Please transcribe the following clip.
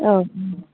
औ